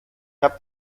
habe